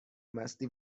مستی